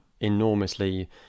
enormously